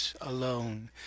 alone